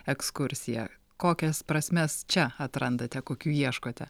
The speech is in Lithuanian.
ekskursija kokias prasmes čia atrandate kokių ieškote